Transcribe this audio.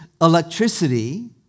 electricity